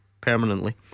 Permanently